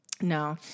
no